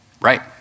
Right